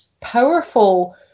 powerful